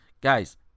Guys